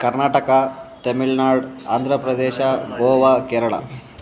Karnataka Tamil Nadu Andhra Pradesh Goa Kerala